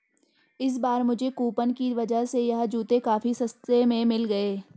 इस बार मुझे कूपन की वजह से यह जूते काफी सस्ते में मिल गए